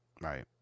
Right